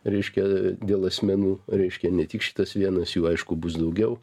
reiškia dėl asmenų reiškia ne tik šitas vienas jų aišku bus daugiau